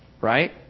Right